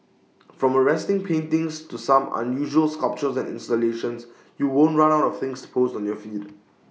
from arresting paintings to some unusual sculptures and installations you won't run out of things to post on your feeds